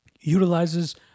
utilizes